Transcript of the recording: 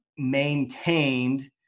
Maintained